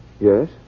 Yes